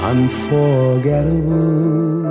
Unforgettable